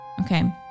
Okay